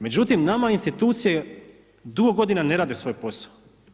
Međutim, nama institucije dugo godina ne rade svoj posao.